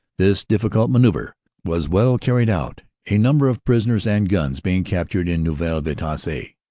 this diffi cult mana uvre was well carried out, a number of prisoners and guns being captured in neuville vitasse.